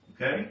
Okay